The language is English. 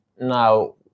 now